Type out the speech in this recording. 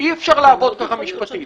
אי-אפשר לעבוד ככה משפטית.